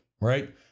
right